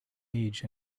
age